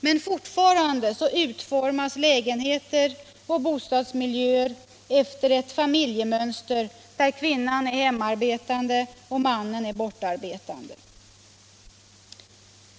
Men fortfarande utformas lägenheter och bostadsmiljöer efter ett familjemönster där kvinnan är hemarbetande och mannen bortarbetande.